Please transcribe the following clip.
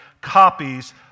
copies